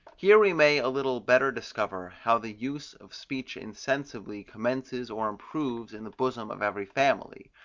here we may a little better discover how the use of speech insensibly commences or improves in the bosom of every family,